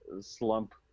slump